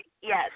yes